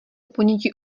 ponětí